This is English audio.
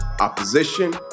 opposition